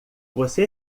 você